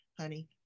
honey